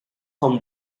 không